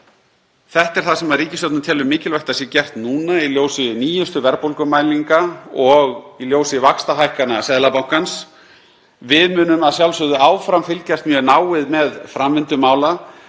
Þetta er það sem ríkisstjórnin telur mikilvægt að sé gert núna í ljósi nýjustu verðbólgumælinga og í ljósi vaxtahækkana Seðlabankans. Við munum að sjálfsögðu áfram fylgjast mjög náið með framvindu mála.